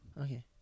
Okay